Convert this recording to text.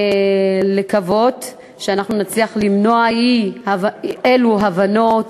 לקוות שאנחנו נצליח למנוע אי-אלו אי-הבנות